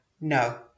No